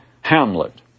Hamlet